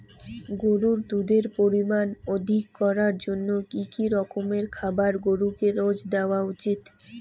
গরুর দুধের পরিমান অধিক করার জন্য কি কি রকমের খাবার গরুকে রোজ দেওয়া উচিৎ?